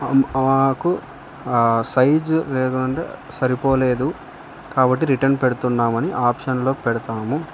మాకు సైజు లేకుంటే సరిపోలేదు కాబట్టి రిటర్న్ పెడుతున్నామని ఆప్షన్లో పెడతాము